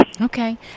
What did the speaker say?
Okay